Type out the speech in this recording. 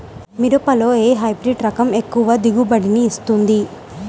మిరపలో ఏ హైబ్రిడ్ రకం ఎక్కువ దిగుబడిని ఇస్తుంది?